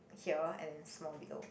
here and then small below